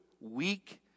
Weak